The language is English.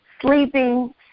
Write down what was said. sleeping